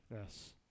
Yes